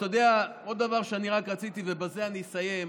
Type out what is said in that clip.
אתה יודע, עוד דבר אני רק רציתי, ובזה אני אסיים.